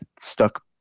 stuck